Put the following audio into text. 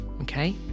okay